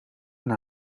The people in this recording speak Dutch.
zijn